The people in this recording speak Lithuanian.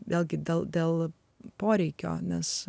vėlgi gal dėl poreikio nes